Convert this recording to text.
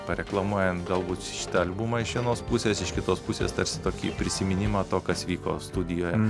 pareklamuojant galbūt šitą albumą iš vienos pusės iš kitos pusės tarsi tokį prisiminimą to kas vyko studijoje